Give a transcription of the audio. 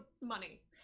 money